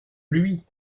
lui